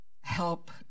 help